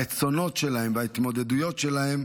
הרצונות שלהם וההתמודדויות שלהם,